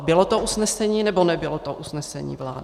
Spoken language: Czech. Bylo to usnesení, nebo nebylo to usnesení vlády?